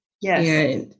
Yes